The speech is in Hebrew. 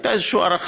הייתה איזו הערכה,